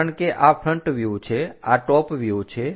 કારણ કે આ ફ્રન્ટ વ્યુહ છે આ ટોપ વ્યુહ છે